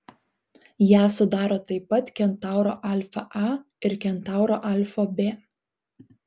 ją sudaro taip pat kentauro alfa a ir kentauro alfa b